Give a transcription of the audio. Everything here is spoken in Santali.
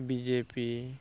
ᱵᱤᱡᱮᱯᱤ